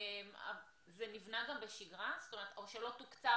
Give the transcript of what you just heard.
זה נבנה גם בשגרה או שלא תוקצב?